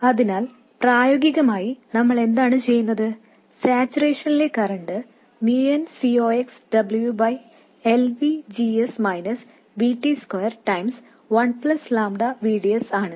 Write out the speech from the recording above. അതിനാൽ പ്രായോഗികമായി നമ്മൾ എന്താണ് ചെയ്യുന്നത് സാച്ചുറേഷനിലെ current mu n C ox W by L V G S by V T square ഗുണനം one plus lambda V D S ആണ്